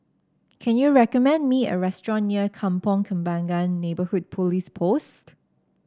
can you recommend me a restaurant near Kampong Kembangan Neighbourhood Police Post